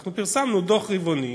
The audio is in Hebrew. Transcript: אנחנו פרסמנו דוח רבעוני,